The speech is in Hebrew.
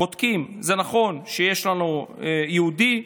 בודקים, זה נכון שיש לנו יהודים,